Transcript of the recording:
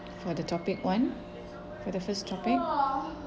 for the topic one for the first topic